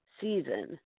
season